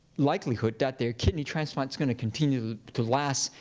likelihood that their kidney transplant is gonna continue to last,